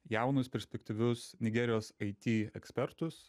jaunus perspektyvius nigerijos it ekspertus